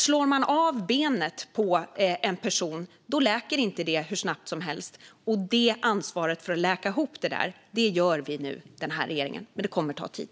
Om man slår av benet på en person läker det inte hur snabbt som helst. Ansvaret för att läka ihop det här tar nu den här regeringen. Men det kommer att ta tid.